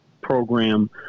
program